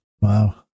Wow